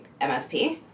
msp